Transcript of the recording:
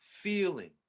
feeling